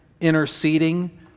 interceding